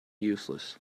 useless